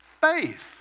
faith